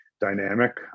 dynamic